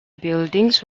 buildings